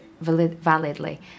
validly